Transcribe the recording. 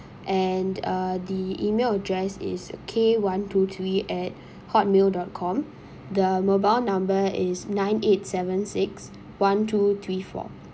and uh the email address is K one two three at hotmail dot com the mobile number is nine eight seven six one two three four